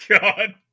god